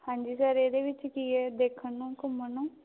ਹਾਂਜੀ ਸਰ ਇਹਦੇ ਵਿੱਚ ਕੀ ਹੈ ਦੇਖਣ ਨੂੰ ਘੁੰਮਣ ਨੂੰ